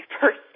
first